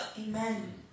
Amen